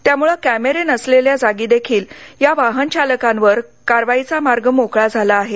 त्यामुळं कॅमेरे नसलेल्या जागी देखील या वाहनचालकांवर कारवाईचा मार्ग मोकळा झाला आहे